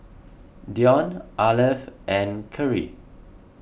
Dion Arleth and Kerrie